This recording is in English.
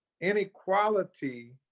inequality